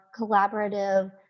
collaborative